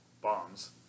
bombs